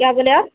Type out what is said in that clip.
کیا بولے آپ